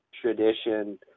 tradition